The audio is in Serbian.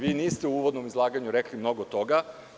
Vi niste u uvodnom izlaganju rekli mnogo toga.